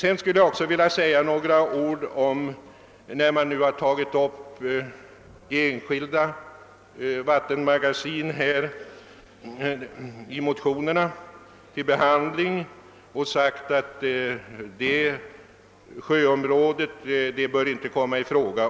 I motionen II: 1165 har man till behandling medtagit även ett speciellt vattenmagasin och framhållit att det sjöområdet inte bör komma i fråga.